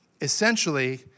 essentially